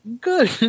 good